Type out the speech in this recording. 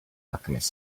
alchemist